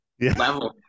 level